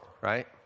right